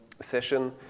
session